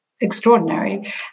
extraordinary